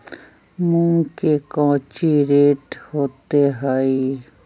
मूंग के कौची रेट होते हई?